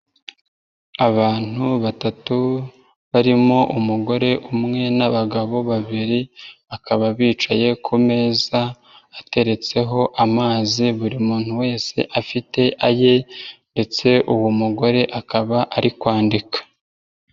Abantu batatu barimo umugore umwe n'abagabo babiri bakaba bicaye ku meza ateretseho amazi buri muntu wese afite aye ndetse uwo mugore akaba ari kwandika.